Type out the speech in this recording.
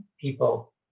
people